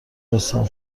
دونستم